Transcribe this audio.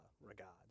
regards